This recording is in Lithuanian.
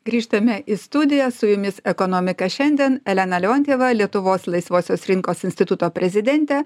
grįžtame į studiją su jumis ekonomika šiandien elena leontjeva lietuvos laisvosios rinkos instituto prezidentė